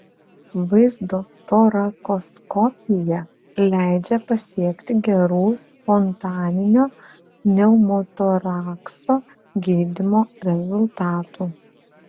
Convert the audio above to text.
vaizdo torakoskopija leidžia pasiekti gerų spontaninio pneumotorakso gydymo rezultatų